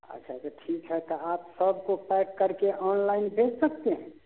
अच्छा तो ठीक है कहाँ सब कुछ पैक कर के ऑनलाइन भेज सकते हैं